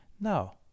Now